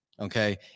Okay